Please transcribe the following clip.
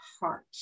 heart